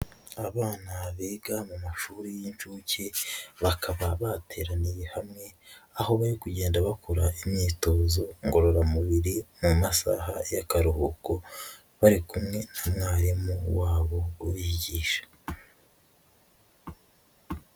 Abana biga mu mashuri y'incuke, bakaba bateraniye hamwe, aho bari kugenda bakora imyitozo ngororamubiri mu masaha y'akaruhuko, bari kumwe n'umwarimu wabo ubigisha.